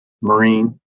Marine